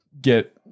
get